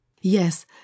Yes